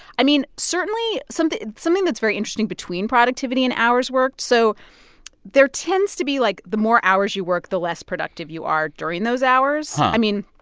i mean, certainly, something something that's very interesting between productivity and hours worked so there tends to be, like, the more hours you work, the less productive you are during those hours. i mean,